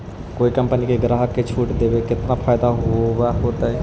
कोई कंपनी के ग्राहक के छूट देके केतना फयदा होब होतई?